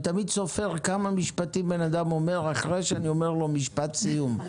אני תמיד סופר כמה משפטים אדם אומר אחרי שאני אומר לו "משפט סיום"